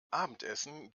abendessen